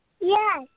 Yes